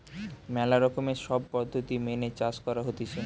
ম্যালা রকমের সব পদ্ধতি মেনে চাষ করা হতিছে